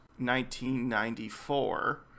1994